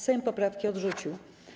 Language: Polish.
Sejm poprawki odrzucił.